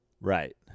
Right